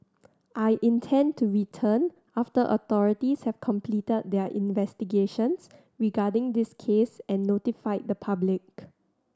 I intend to return after authorities have completed their investigations regarding this case and notified the public